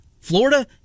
Florida